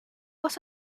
was